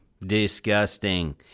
Disgusting